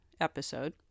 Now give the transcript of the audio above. episode